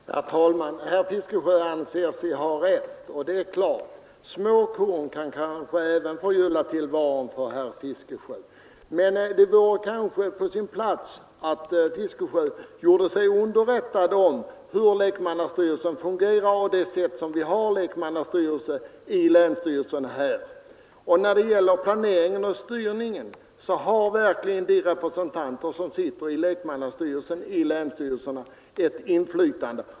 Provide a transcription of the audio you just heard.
Herr talman! Herr Fiskesjö anser sig ha rätt. Det är klart. Även små korn kan förgylla tillvaron för herr Fiskesjö. Men det vore kanske på sin plats att herr Fiskesjö gjorde sig underrättad om hur lekmannastyrelsen fungerar hos länsstyrelserna. När det gäller planering och styrning har de representanter som sitter i länsstyrelsens lekmannastyrelse ett reellt inflytande.